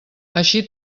així